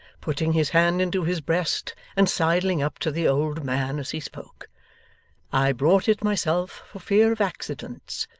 putting his hand into his breast and sidling up to the old man as he spoke i brought it myself for fear of accidents,